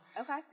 okay